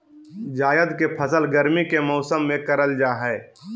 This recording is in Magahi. जायद के फसल गर्मी के मौसम में करल जा हइ